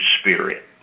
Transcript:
spirit